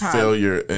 failure